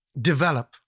develop